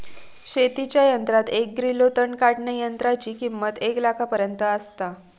शेतीच्या यंत्रात एक ग्रिलो तण काढणीयंत्राची किंमत एक लाखापर्यंत आसता